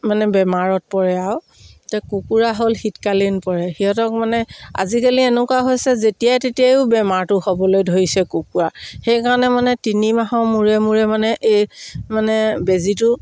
মানে বেমাৰত পৰে আৰু তে কুকুৰা হ'ল শীতকালীন পৰে সিহঁতক মানে আজিকালি এনেকুৱা হৈছে যেতিয়াই তেতিয়াইও বেমাৰটো হ'বলৈ ধৰিছে কুকুৰা সেইকাৰণে মানে তিনি মাহৰ মূৰে মূৰে মানে এই মানে বেজীটো